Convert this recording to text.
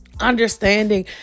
understanding